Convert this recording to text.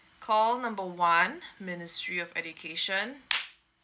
call number one ministry of education